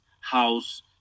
house